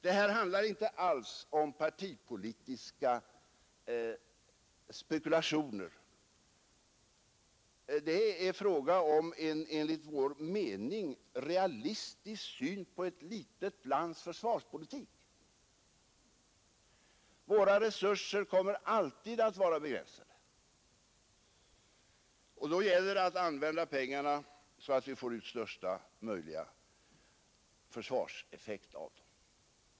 Det handlar här inte alls om partipolitiska spekulationer. Det är fråga om en enligt vår mening realistisk syn på ett litet lands försvarspolitik. Våra resurser kommer alltid att vara begränsade, och då gäller det att använda pengarna så att vi får ut största möjliga försvarseffekt av dem.